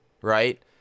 right